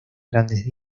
grandes